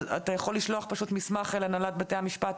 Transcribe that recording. אתה יכול לשלוח מסמך להנהלת בתי המשפט,